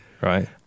right